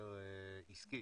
הקשר עסקי,